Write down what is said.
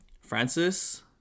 francis